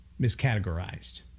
miscategorized